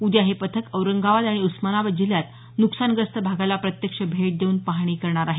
उद्या हे पथक औरंगाबाद आणि उस्मानाबाद जिल्ह्यात न्कसानग्रस्त भागाला प्रत्यक्ष भेट देऊन पाहणी करणार आहे